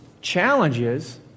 challenges